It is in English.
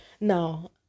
Now